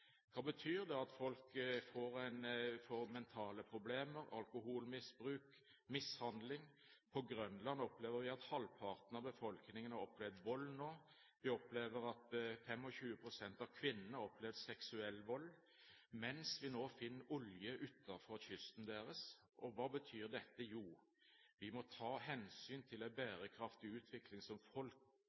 Hva betyr det at folk får mentale problemer, det er alkoholmisbruk, mishandling? På Grønland opplever vi nå at halvparten av befolkningen har opplevd vold, og at 25 pst. av kvinnene har opplevd seksuell vold, mens vi nå finner olje utenfor kysten deres. Hva betyr dette? Jo, vi må ta hensyn til en bærekraftig utvikling for folk